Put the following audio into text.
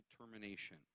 termination